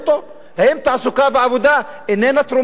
האם תעסוקה ועבודה אינן תרומה למשק?